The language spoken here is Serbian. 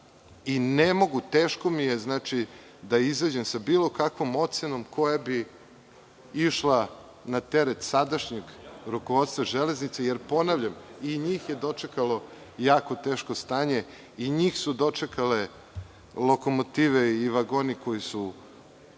i ne mogu, teško mi je da izađem sa bilo kakvom ocenom koja bi išla na teret sadašnjeg rukovodstva železnice, jer ponavljam, i njih je dočekalo jako teško stanje, i njih su dočekale lokomotive i vagoni koji su